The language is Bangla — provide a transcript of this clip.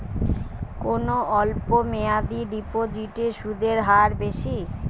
কোন অল্প মেয়াদি ডিপোজিটের সুদের হার বেশি?